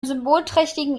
symbolträchtigen